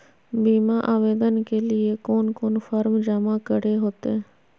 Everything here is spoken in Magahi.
बीमा आवेदन के लिए कोन कोन फॉर्म जमा करें होते